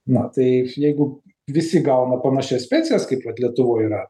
na tai jeigu visi gauna panašias pensijas kaip vat lietuvoj yra